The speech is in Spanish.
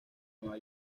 nueva